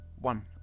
one